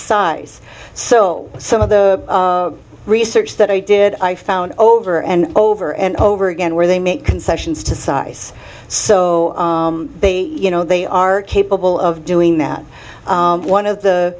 size so some of the research that i did i found over and over and over again where they make concessions to size so they you know they are capable of doing that one of